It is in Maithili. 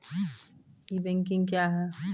ई बैंकिंग क्या हैं?